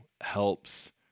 helps